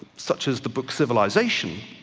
such as the book civilisation,